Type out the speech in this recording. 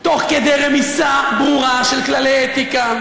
תוך כדי רמיסה ברורה של כללי אתיקה,